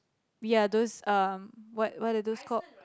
ya those um what what are those called